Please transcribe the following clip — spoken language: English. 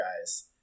guys